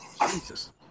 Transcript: Jesus